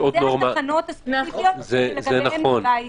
זה נכון,